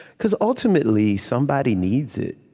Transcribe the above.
because ultimately, somebody needs it.